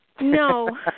No